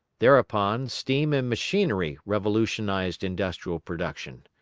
thereupon, steam and machinery revolutionised industrial production.